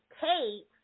takes